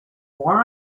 war